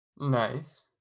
Nice